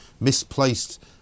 misplaced